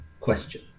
question